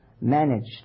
managed